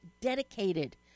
dedicated